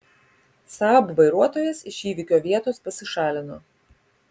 saab vairuotojas iš įvykio vietos pasišalino